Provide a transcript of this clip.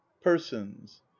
Persons